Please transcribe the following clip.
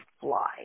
fly